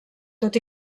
tot